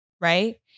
right